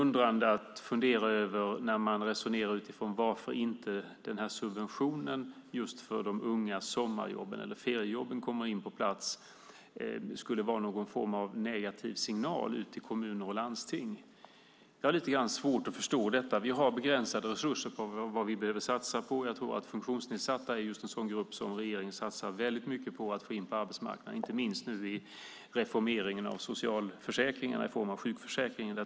Något att fundera över när man resonerar utifrån varför inte subventionen för just de ungas sommarjobb eller feriejobb kommer på plats är detta med att det skulle vara en form av negativ signal ut till kommuner och landsting. Jag har lite svårt att förstå detta. Vi har begränsade resurser till det vi behöver satsa på. Jag tror att de funktionsnedsatta är en sådan grupp som regeringen satsar väldigt mycket på för att få in dem på arbetsmarknaden, inte minst nu i och med reformeringen av socialförsäkringarna i form av sjukförsäkringen.